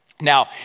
now